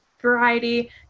variety